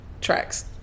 Tracks